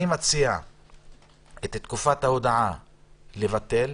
אני מציע את תקופת ההודעה לבטל.